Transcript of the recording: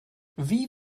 wie